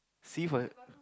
C for